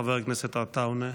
חבר הכנסת עטאונה.